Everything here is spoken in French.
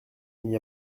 n’y